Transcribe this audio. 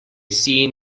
seen